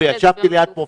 ישבתי ליד פרופ'